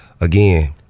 Again